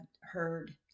heard